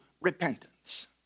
repentance